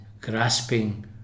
grasping